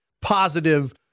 positive